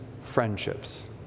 friendships